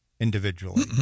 Individually